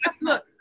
look